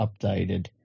updated